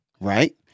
right